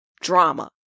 drama